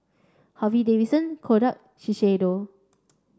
Harley Davidson Kodak Shiseido